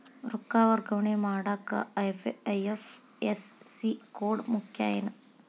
ರೊಕ್ಕ ವರ್ಗಾವಣೆ ಮಾಡಾಕ ಐ.ಎಫ್.ಎಸ್.ಸಿ ಕೋಡ್ ಮುಖ್ಯ ಏನ್